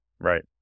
Right